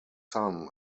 son